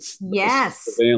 Yes